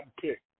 pick